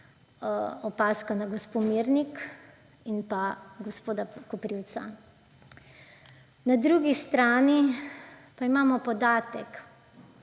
opazka na gospo Mirnik in pa gospoda Koprivca. Na drugi strani pa imamo podatke,